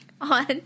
on